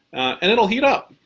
and it'll heat up.